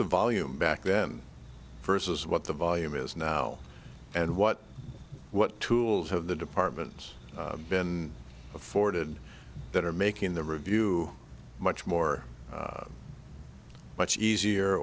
the volume back then versus what the volume is now and what what tools have the department's been afforded that are making the review much more much easier